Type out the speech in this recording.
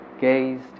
gazed